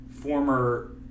former